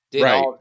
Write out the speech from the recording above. Right